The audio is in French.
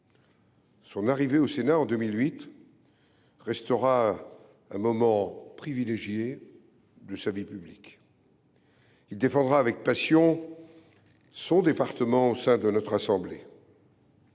Son arrivée au Sénat, en 2008, restera un moment privilégié de sa vie publique. Il défendra avec passion son département au sein de notre assemblée.